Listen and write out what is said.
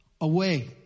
away